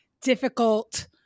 difficult